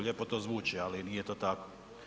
Lijepo to zvuči, ali nije to tako.